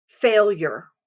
failure